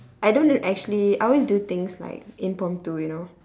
I don't actually I always do things like impromptu you know